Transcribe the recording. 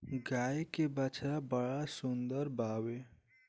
गाय के बछड़ा बड़ा सुंदर बावे